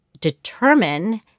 determine